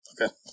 Okay